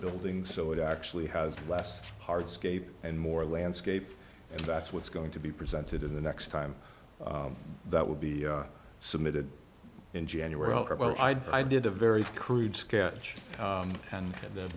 building so it actually has less hard scape and more landscape and that's what's going to be presented in the next time that would be submitted in january i did a very crude sketch and the